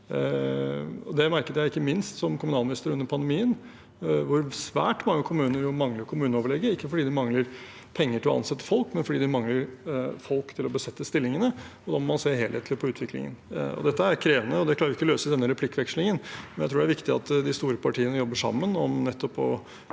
Jeg merket meg, ikke minst som kommunalminister under pandemien, at svært mange kommuner mangler kommuneoverlege, ikke fordi de mangler penger til å ansette folk, men fordi de mangler folk til å besette stillingene. Da må man se helhetlig på utviklingen. Dette er krevende, og vi klarer ikke å løse det i denne replikkvekslingen, men jeg tror det er viktig at de store partiene jobber sammen om nettopp å